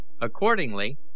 Accordingly